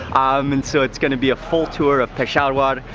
um and so it's gonna be a full tour of peshawar.